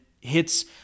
hits